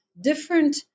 different